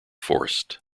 forced